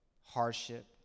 hardship